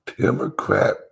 Democrat